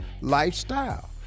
lifestyle